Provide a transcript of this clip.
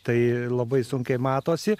tai labai sunkiai matosi